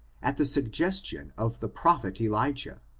at the suggestion of the prophet eli jah,